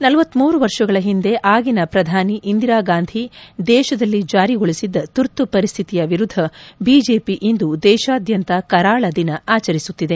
ನಲವತ್ಮೂರು ವರ್ಷಗಳ ಹಿಂದೆ ಆಗಿನ ಪ್ರಧಾನಿ ಇಂದಿರಾಗಾಂಧಿ ದೇಶದಲ್ಲಿ ಜಾರಿಗೊಳಿಸಿದ್ದ ತುರ್ತು ಪರಿಸ್ಥಿತಿಯ ವಿರುದ್ದ ಬಿಜೆಪಿ ಇಂದು ದೇಶಾದ್ಯಂತ ಕರಾಳ ದಿನ ಆಚರಿಸುತ್ತಿದೆ